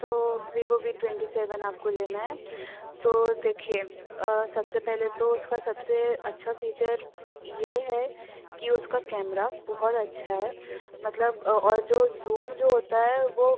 तो Vivo V twenty seven आपको लेना है तो देखिए सबसे पहले तो उसका सबसे अच्छा फ़ीचर ये है कि उसका कैमरा बहुत अच्छा है मतलब और जो ज़ूम जो होता है वह